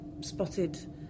spotted